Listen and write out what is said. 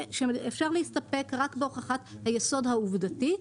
שאפשר להסתפק רק בהוכחת היסוד העובדתי,